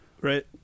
right